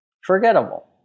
Forgettable